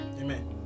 Amen